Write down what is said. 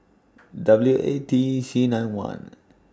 W A T C nine one